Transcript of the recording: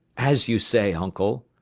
as you say, uncle.